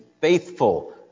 faithful